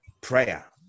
prayer